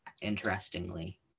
interestingly